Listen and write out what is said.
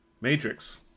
Matrix